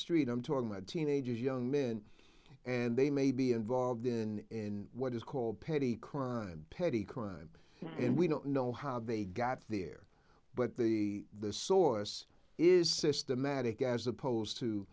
street i'm talking about teenagers young men and they may be involved in what is called petty crime petty crime and we don't know how they got there but the the source is systematic as opposed to